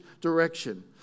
direction